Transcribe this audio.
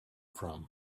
from